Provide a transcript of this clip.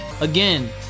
again